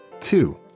Two